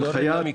ב-(3)